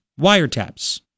wiretaps